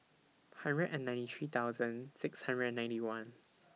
hundred and ninety three thousand six hundred and ninety one